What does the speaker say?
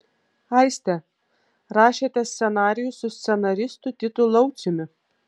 aiste rašėte scenarijų su scenaristu titu lauciumi